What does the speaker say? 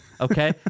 Okay